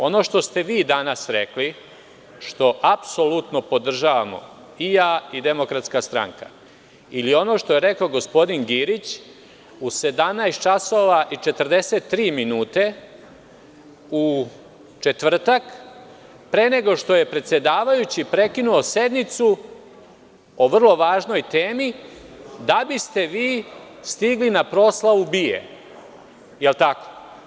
Ono što ste vi danas rekli, što apsolutno podržavamo i ja i DS ili ono što je rekao gospodin Girić, u 17.43 časova, u četvrtak, pre nego što je predsedavajući prekinuo sednicu o vrlo važnoj temi, da biste vi stigli na vrlo važnu proslavu BIA, da li je tako?